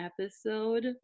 episode